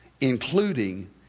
including